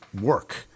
work